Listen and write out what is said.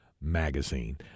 Magazine